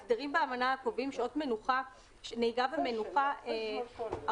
ההסדרים באמנה קובעים שעות נהיגה ומנוחה הרבה